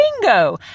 Bingo